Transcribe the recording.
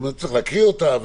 צריך להקריא אותה.